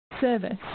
service